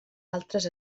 altres